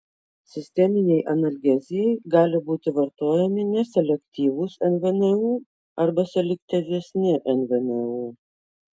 sisteminei analgezijai gali būti vartojami neselektyvūs nvnu arba selektyvesni nvnu